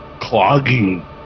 clogging